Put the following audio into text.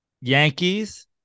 Yankees